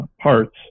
parts